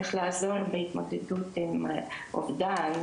איך לעזור בהתמודדות עם אובדן,